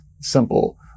simple